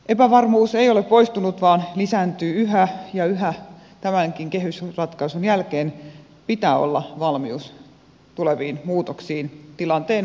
epävarmuus ei ole poistunut vaan lisääntyy yhä ja yhä tämänkin kehysratkaisun jälkeen pitää olla valmius tuleviin muutoksiin tilanteen muuttuessa